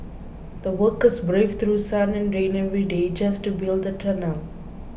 the workers braved through sun and rain every day just to build the tunnel